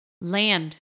land